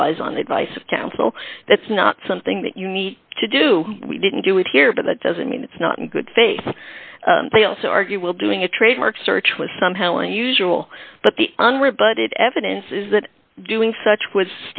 relies on the advice of counsel it's not something that you need to do we didn't do it here but that doesn't mean it's not in good faith they also argue will doing a trademark search was somehow unusual but the unrebutted evidence is that doing such w